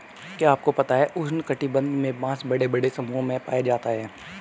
क्या आपको पता है उष्ण कटिबंध में बाँस बड़े बड़े समूहों में पाया जाता है?